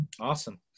Awesome